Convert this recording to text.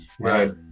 Right